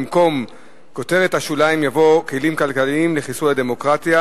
במקום כותרת השוליים יבוא: כלים כלכליים לחיסול הדמוקרטיה,